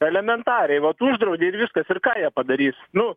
elementariai vat uždraudė ir viskas ir ką jie padarys nu